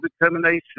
determination